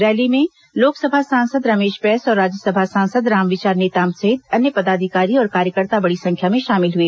rally में लोकसभा सांसद रमेश बैस और राज्यसभा सांसद रामविचार नेताम सहित अन्य पदाधिकारी और कार्यकर्ता बड़ी संख्या में शामिल हुए